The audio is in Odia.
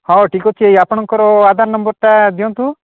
ହଉ ଠିକଅଛି ଆପଣଙ୍କର ଆଧାର ନମ୍ବର୍ଟା ଦିଅନ୍ତୁ